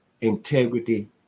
integrity